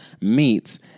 meets